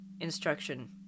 instruction